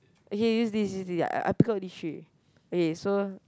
okay use this use this I I pick out these three okay so